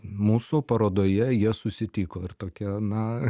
mūsų parodoje jie susitiko ir tokia na